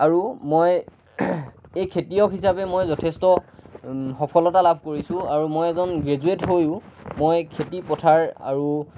আৰু মই এই খেতিয়ক হিচাপে মই যথেষ্ট সফলতা লাভ কৰিছোঁ আৰু মই এজন গ্ৰেজুৱেট হৈও মই খেতিপথাৰ আৰু